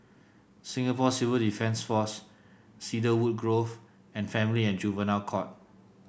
Singapore Civil Defence Force Cedarwood Grove and Family and Juvenile Court